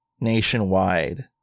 Nationwide